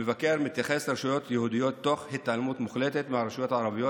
המבקר מתייחס לרשויות יהודיות תוך התעלמות מוחלטת מהרשויות הערביות,